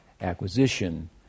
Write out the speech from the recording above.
acquisition